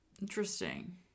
Interesting